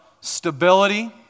stability